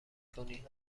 کنی